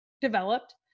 developed